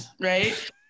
right